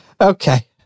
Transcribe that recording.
Okay